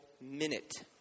minute